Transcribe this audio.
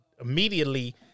immediately